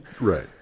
Right